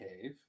cave